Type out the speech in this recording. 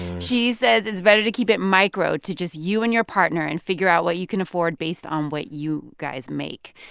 she says it's better to keep it micro to just you and your partner and figure out what you can afford based on what you guys make.